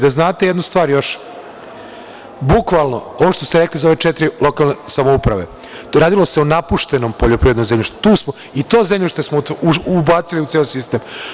Da znate jednu stvar još, bukvalno ono što ste rekli za ove četiri lokalne samouprave, radilo se o napuštenom poljoprivrednom zemljištu i to zemljište smo ubacili u ceo sistem.